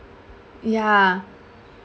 ya